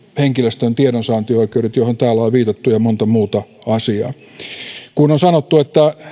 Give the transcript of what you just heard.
henkilöstön tiedonsaantioikeudet joihin täällä on viitattu ja monta muuta asiaa kun on sanottu